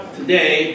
today